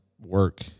work